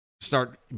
Start